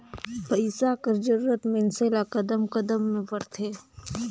पइसा कर जरूरत मइनसे ल कदम कदम में परथे